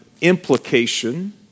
implication